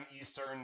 Eastern